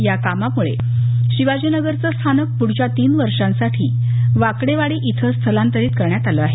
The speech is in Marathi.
या कामामूळे शिवाजीनगरचं स्थानक पुढच्या तीन वर्षांसाठी वाकडेवाडी इथं स्थलांतरित करण्यात आलं आहे